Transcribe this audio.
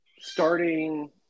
starting